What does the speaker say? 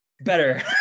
better